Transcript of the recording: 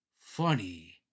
funny